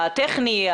הטכני,